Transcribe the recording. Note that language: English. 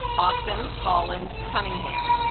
often holland cunningham